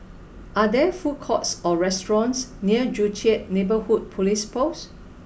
are there food courts or restaurants near Joo Chiat Neighbourhood Police Post